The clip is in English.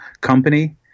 company